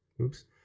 oops